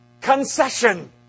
concession